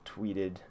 tweeted